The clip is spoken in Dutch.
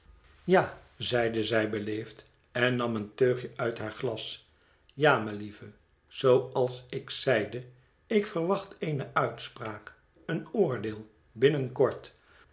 ja zeide zij beleefd en nam een teugje uit haar glas ja melieve zooals ik zeide ik verwacht eene uitspraak een oordeel